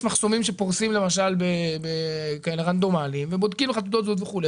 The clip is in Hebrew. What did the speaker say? יש מחסומים שפורסים באופן רנדומלי ובודקים תעודות זהות וכולי,